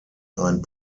ein